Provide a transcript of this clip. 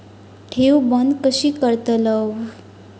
ठेव बंद कशी करतलव?